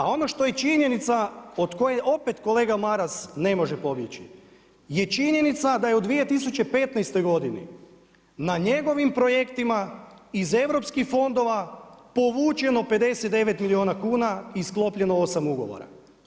A ono što je činjenica od koje opet kolega Maras ne može pobjeći je činjenica da je u 2015. godini na njegovim projektima iz europskih fondova povućeno 59 milijuna kuna i sklopljeno 8 ugovora.